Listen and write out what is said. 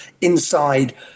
inside